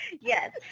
yes